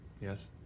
Yes